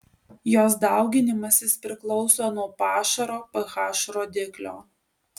jos dauginimasis priklauso nuo pašaro ph rodiklio